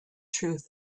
truth